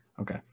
Okay